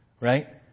right